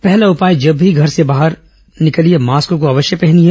पहला उपाय जब भी घर से बाहर निकलिए मास्क को अवश्य पहनिए